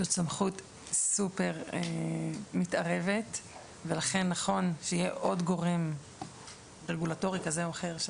זאת סמכות סופר מתערבת ולכן נכון שיהיה עוד גורם רגולטורי כזה או אחר.